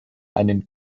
einen